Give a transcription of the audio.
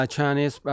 Chinese